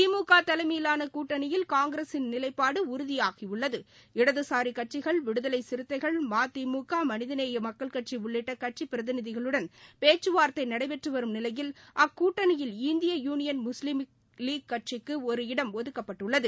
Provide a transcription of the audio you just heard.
திமுக தலைமையிலான கூட்டணியில் காங்கிரஸின் நிலைப்பாடு உறுதியாகியுள்ளது இடதுசாரி கட்சிகள் விடுதலை சிறுத்தைகள் மதிமுக மனிதநேய மக்கள் கட்சி உள்ளிட்ட கட்சிப் பிரதிநிதிகளுடன் பேச்சுவார்த்தை நடைபெற்று வரும் நிலையில் அக்கூட்டணியில் இந்திய யூனியன் முஸ்லீம் கட்சிக்கு ஒரு இடம் ஒதுக்கப்பட்டுள்ளது